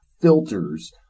filters